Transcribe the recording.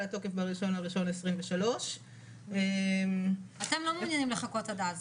לתוקף ב-1 בינואר 2023. אתם לא מעוניינים לחכות עד אז.